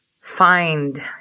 find